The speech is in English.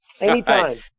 Anytime